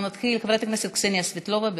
אנחנו נתחיל עם חברת הכנסת קסניה סבטלובה.